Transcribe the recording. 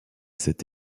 cette